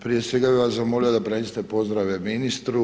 Prije svega bih vas zamolio da prenesete pozdrave ministru.